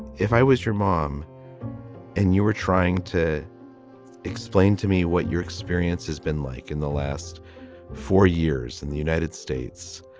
if i was your mom and you were trying to explain to me what your experience has been like in the last four years in the united states,